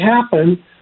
happen